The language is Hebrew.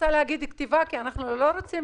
אנחנו רוצים